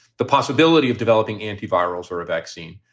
the possibility of developing antivirals or a vaccine.